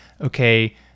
okay